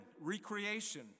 Recreation